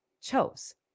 chose